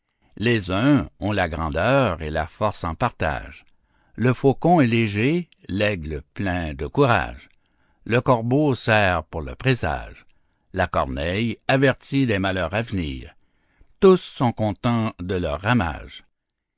les uns ont la grandeur et la force en partage le faucon est léger l'aigle plein de courage le corbeau sert pour le présage la corneille avertit des malheurs à venir tous sont contents de leur ramage